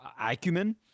acumen